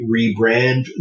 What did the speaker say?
rebrand